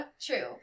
True